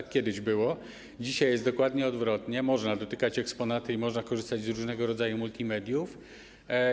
Kiedyś tak było, dzisiaj jest dokładnie odwrotnie, można dotykać eksponatów i można korzystać z różnego rodzaju multimediów.